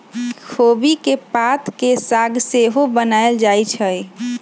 खोबि के पात के साग सेहो बनायल जाइ छइ